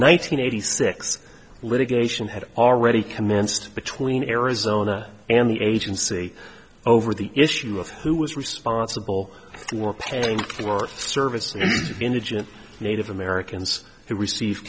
hundred eighty six litigation had already commenced between arizona and the agency over the issue of who was responsible for paying for services indigent native americans who received